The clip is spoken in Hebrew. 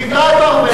תקרא את אורוול.